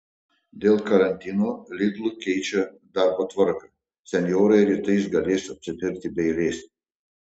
dėl karantino lidl keičia darbo tvarką senjorai rytais galės apsipirkti be eilės